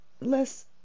less